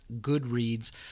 goodreads